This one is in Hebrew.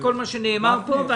כל מה שנאמר פה.